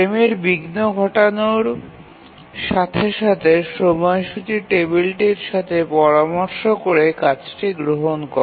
ফ্রেমের বিঘ্ন ঘটানোর সাথে সাথে সময়সূচী টেবিলের সাথে পরামর্শ করে কাজটি গ্রহণ করে